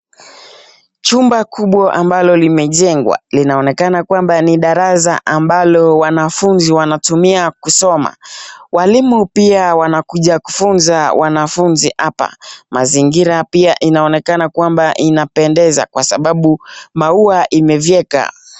Chumba kubwa ambalo limejengwa, linaonekana kwamba ni darasa ambalo wanafuzi wanatumia kusoma. Walimu pia wanakuja kufuza wanafuzi hapa. Mazingira pia inaonekana kwamba inapendeza kwa sababu maua imevyeka.